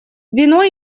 вино